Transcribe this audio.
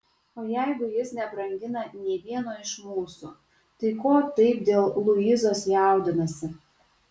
o jeigu jis nebrangina nė vieno iš mūsų tai ko taip dėl luizos jaudinasi